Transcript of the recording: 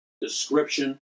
description